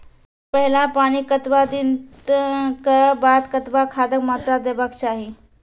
पहिल पानिक कतबा दिनऽक बाद कतबा खादक मात्रा देबाक चाही?